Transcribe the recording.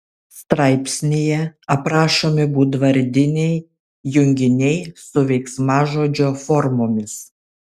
straipsnyje aprašomi būdvardiniai junginiai su veiksmažodžio formomis